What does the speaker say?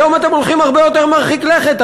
היום אתם הולכים לצעד הרבה יותר מרחיק לכת,